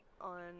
on